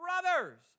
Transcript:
brothers